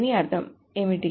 దీని అర్థం ఏమిటి